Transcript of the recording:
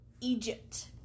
Egypt